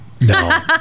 No